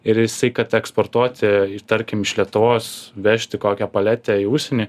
ir jisai kad eksportuoti tarkim iš lietuvos vežti kokią paletę į užsienį